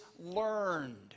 learned